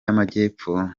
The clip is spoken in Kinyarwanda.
y’amajyepfo